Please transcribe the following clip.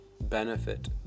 benefit